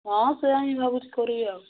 ହଁ ସେୟା ହିଁ ଭାବୁଛି କରିବି ଆଉ